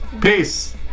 Peace